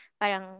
parang